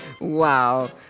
Wow